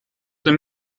dem